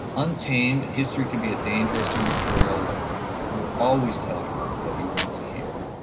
untamed history can be a dangerous and material lover who will always tell you what you want to hear.